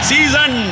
Season